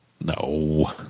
No